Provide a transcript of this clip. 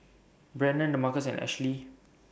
Brannon Demarcus and Ashli